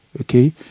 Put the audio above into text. okay